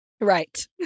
Right